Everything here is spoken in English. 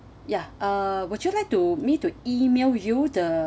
ya uh would you like to me to email you the